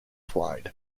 wide